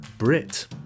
Brit